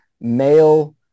male